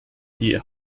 die